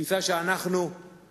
תודה רבה על השאלה.